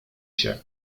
się